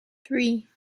three